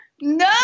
No